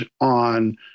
on